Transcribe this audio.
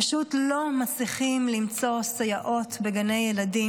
פשוט לא מצליחים למצוא סייעות בגני ילדים,